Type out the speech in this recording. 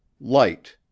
Light